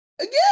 again